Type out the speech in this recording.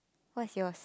what is yours